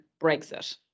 Brexit